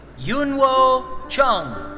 yunnuo cheng.